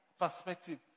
perspective